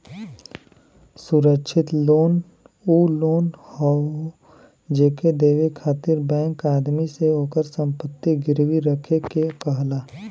सुरक्षित लोन उ लोन हौ जेके देवे खातिर बैंक आदमी से ओकर संपत्ति गिरवी रखे के कहला